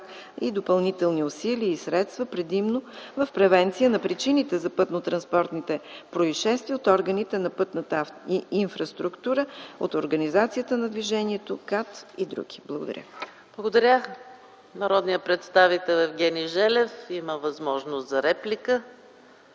и допълнителни усилия и средства предимно в превенция на причините за пътнотранспортните произшествия от органите на пътната инфраструктура, от организацията на движението, КАТ и други. Благодаря ви. ПРЕДСЕДАТЕЛ ЕКАТЕРИНА МИХАЙЛОВА: Благодаря. Народният представител Евгений Желев има възможност за реплика.